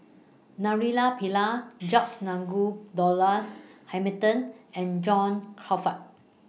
Naraina Pillai George Nigel Douglas Hamilton and John Crawfurd